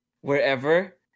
wherever